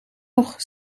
nog